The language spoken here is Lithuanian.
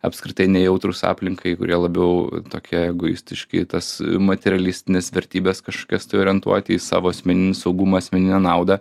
apskritai nejautrūs aplinkai kurie labiau tokie egoistiški tas materialistines vertybes kažkokias tai orientuoti į savo asmeninį saugumą asmeninę naudą